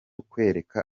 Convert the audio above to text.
kwereka